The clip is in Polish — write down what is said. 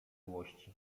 złości